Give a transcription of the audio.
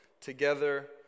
Together